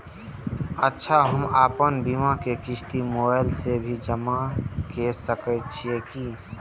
अच्छा हम आपन बीमा के क़िस्त मोबाइल से भी जमा के सकै छीयै की?